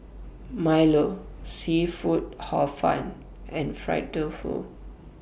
Milo Seafood Hor Fun and Fried Tofu